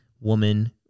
woman